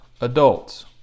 adults